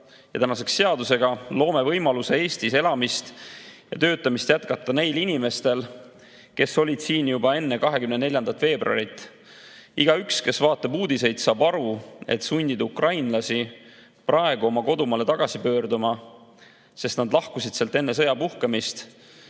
ja tänaseks seadusega loome võimaluse Eestis elamist ja töötamist jätkata neil inimestel, kes olid siin juba enne 24. veebruari. Igaüks, kes vaatab uudiseid, saab aru, et sundida ukrainlasi praegu oma kodumaale tagasi pöörduma, sest nad lahkusid sealt enne sõja puhkemist,